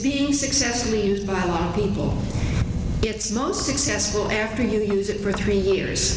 these successfully used by a lot of people it's not successful after you use it for three years